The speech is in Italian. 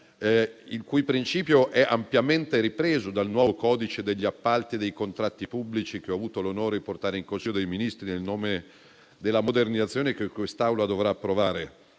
il cui principio è ampiamente ripreso dal nuovo codice degli appalti e dei contratti pubblici, che ho avuto l'onore di portare in Consiglio dei ministri nel nome della modernizzazione e che quest'Aula dovrà approvare